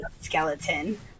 skeleton